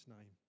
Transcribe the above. name